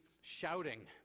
shouting